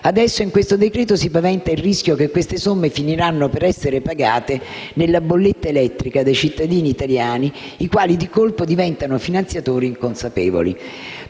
in esame si paventa il rischio che queste somme finiranno per essere pagate, nella bolletta elettrica, dai cittadini italiani, i quali di colpo diventano finanziatori inconsapevoli.